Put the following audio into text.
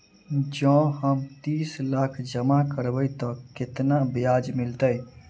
जँ हम तीस लाख जमा करबै तऽ केतना ब्याज मिलतै?